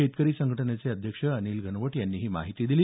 शेतकरी संघटनेचे अध्यक्ष अनिल घनवट यांनी ही माहिती दिली